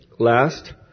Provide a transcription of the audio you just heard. Last